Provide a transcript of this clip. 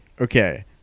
okay